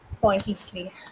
pointlessly